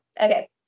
Okay